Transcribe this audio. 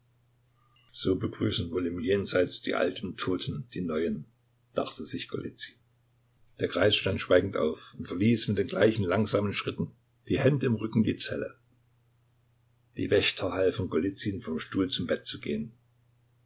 so begrüßen wohl im jenseits die alten toten die neuen dachte sich golizyn der greis stand schweigend auf und verließ mit den gleichen langsamen schritten die hände im rücken die zelle die wächter halfen golizyn vom stuhl zum bett zu gehen